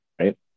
right